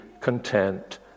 content